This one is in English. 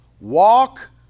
walk